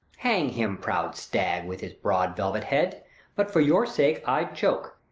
hang him, proud stag, with his broad velvet head but for your sake, i'd choak,